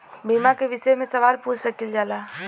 बीमा के विषय मे सवाल पूछ सकीलाजा?